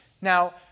Now